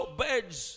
birds